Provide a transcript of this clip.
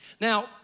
Now